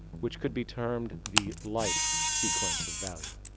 which could be termed the life sequence of value.